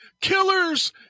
killers